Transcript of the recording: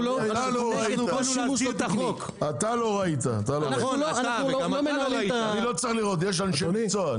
אתה לא ראית, אני לא צריך לראות יש אנשי מקצוע,